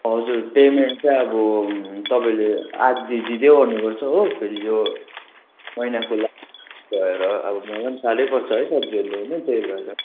हजुर पेमेन्ट चाहिँ अब तपाईँले आधा दिँदै गर्नुपर्छ हो फेरि यो महिनाको लास्ट भएर अब मलाई पनि साह्रै पर्छ है सब्जीहरू ल्याउनु त्यही भएर